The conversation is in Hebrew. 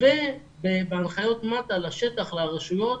ובהנחיות מד"א לשטח, לרשויות,